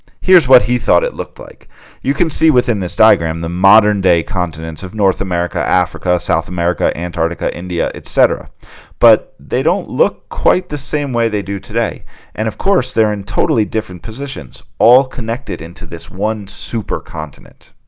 here's what he thought it looked like you can see within this diagram the modern-day continents of north america africa south america antarctica india etc but they don't look quite the same way. they do today and of course they're in totally different positions all connected into this one supercontinent